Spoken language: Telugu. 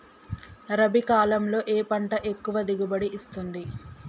రబీ కాలంలో ఏ పంట ఎక్కువ దిగుబడి ఇస్తుంది?